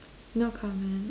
no comment